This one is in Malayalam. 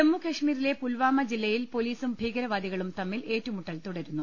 ജമ്മുകാശ്മീരിലെ പുൽവാമ ജില്ലയിൽ പൊലീസും ഭീകരവാദികളും തമ്മിൽ ഏറ്റുമൂട്ടൽ തുടരുന്നു